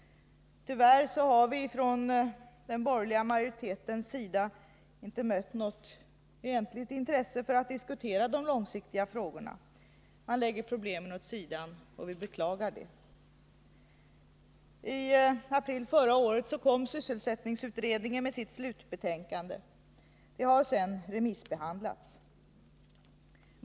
Tyvärr har vi från den borgerliga majoritetens sida inte mött något egentligt intresse för att diskutera de långsiktiga frågorna. Man lägger problemen åt sidan. Vi beklagar det. I april förra året kom sysselsättningsutredningen med sitt slutbetänkande. Det har sedan remissbehandlats.